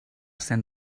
cent